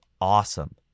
awesome